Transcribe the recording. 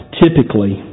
typically